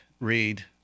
read